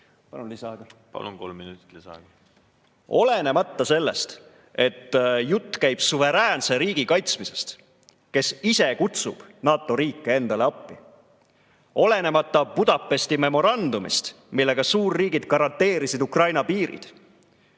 Palun lisaaega. Palun! Kolm minutit lisaaega. Olenemata sellest, et jutt käib suveräänse riigi kaitsmisest, kes ise kutsub NATO riike endale appi, olenemata Budapesti memorandumist, millega suurriigid garanteerisid Ukraina piirid.